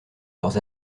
leurs